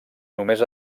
només